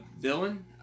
villain